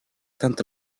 tanto